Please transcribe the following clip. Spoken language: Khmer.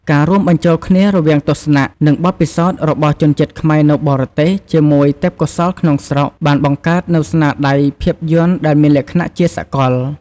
ការរួមបញ្ចូលគ្នារវាងទស្សនៈ និងបទពិសោធន៍របស់ជនជាតិខ្មែរនៅបរទេសជាមួយទេពកោសល្យក្នុងស្រុក បានបង្កើតនូវស្នាដៃភាពយន្តដែលមានលក្ខណៈជាសកល។